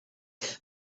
that